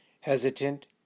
hesitant